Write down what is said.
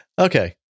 okay